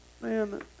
Man